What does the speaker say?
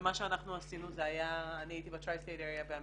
ומה שאנחנו עשינו זה היה --- אני הייתי --- באמריקה,